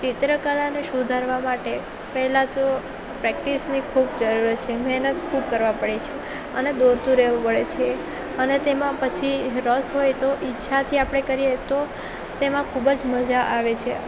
ચિત્ર કલાને સુધારવા માટે પહેલાં તો પ્રેક્ટિસની ખૂબ જરૂર છે મહેનત ખૂબ કરવા પડે છે અને દોરતું રહેવું પડે છે અને તેમાં પછી રસ હોય તો ઈચ્છાથી આપણે કરીએ તો તેમાં ખૂબ જ મજા આવે છે